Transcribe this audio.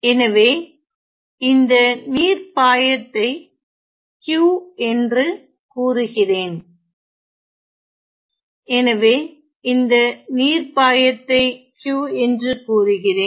எனவே இந்த நீர் பாயத்தை Q என்று கூறுகிறேன் எனவே இந்த நீர் பாயத்தை Q என்று கூறுகிறேன்